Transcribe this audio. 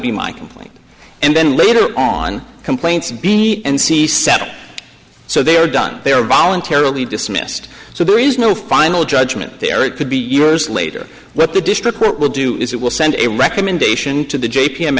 be my complaint and then later on complaints b and c seven so they are done they are voluntarily dismissed so there is no final judgment there it could be years later what the district court will do is it will send a recommendation to the j p